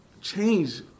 change